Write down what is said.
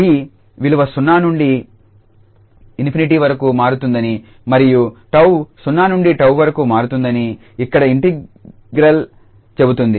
𝑡విలువ 0 నుండి ∞ వరకు మారుతుందని మరియు 𝜏0 నుండి 𝜏 వరకు మారుతుందని ఇక్కడ ఇంటిగ్రల్ చెబుతుంది